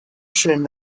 schön